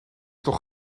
toch